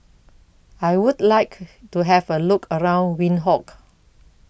I Would like to Have A Look around Windhoek